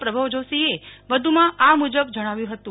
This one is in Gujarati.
પ્રભવ જોશીએ વધુમાં આ મુજબ જણાવ્યું હતું